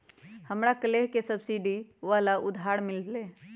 हमरा कलेह ही सब्सिडी वाला उधार मिल लय है